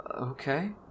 okay